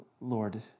Lord